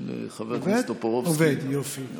אז